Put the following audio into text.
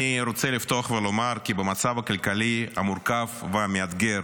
אני רוצה לפתוח ולומר כי במצב הכלכלי המורכב והמאתגר